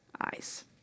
eyes